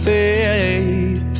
Fade